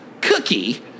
Cookie